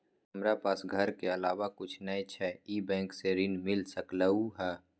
हमरा पास घर के अलावा कुछ नय छै ई बैंक स ऋण मिल सकलउ हैं?